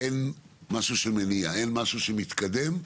אין משהו שמניע, אין משהו שמתקדם.